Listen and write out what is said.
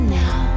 now